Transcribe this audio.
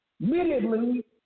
Immediately